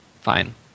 fine